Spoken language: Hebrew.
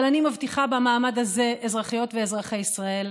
אבל אני מבטיחה במעמד הזה, אזרחיות ואזרחי ישראל,